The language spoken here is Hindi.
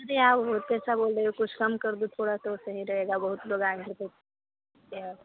ले आओ बहुत पैसा बोल रही हो कुछ कम कर दो थोड़ा तो सही रहेगा बहुत लोग आएँगे तो